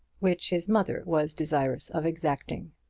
which his mother was desirous of exacting.